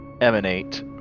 Emanate